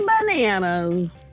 bananas